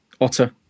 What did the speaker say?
Otter